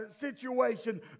situation